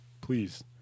Please